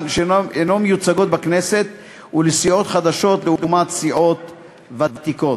מיוצגות בכנסת ולסיעות חדשות לעומת סיעות ותיקות.